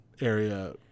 area